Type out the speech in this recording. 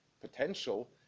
potential